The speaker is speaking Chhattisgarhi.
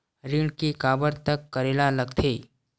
ऋण के काबर तक करेला लगथे?